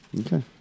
Okay